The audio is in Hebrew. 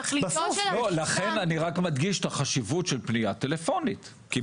לכן אני מדגיש את החשיבות של פנייה טלפונית.